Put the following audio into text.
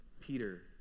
Peter